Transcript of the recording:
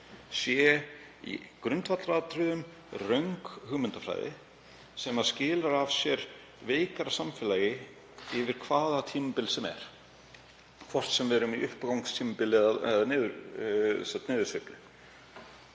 sé í grundvallaratriðum röng hugmyndafræði sem skilar af sér veikara samfélagi yfir hvaða tímabil sem er, hvort sem við erum í uppgangstímabili eða niðursveiflu.